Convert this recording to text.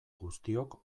guztiok